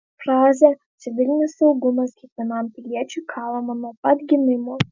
frazė civilinis saugumas kiekvienam piliečiui kalama nuo pat gimimo